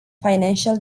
financial